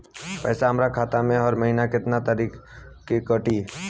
पैसा हमरा खाता से हर महीना केतना तारीक के कटी?